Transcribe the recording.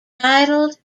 titled